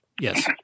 Yes